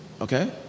Okay